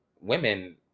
women